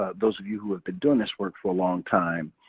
ah those of you who have been doing this work for a long time,